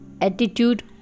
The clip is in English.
attitude